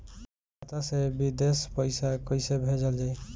खाता से विदेश पैसा कैसे भेजल जाई?